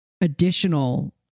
additional